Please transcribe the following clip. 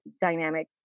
dynamic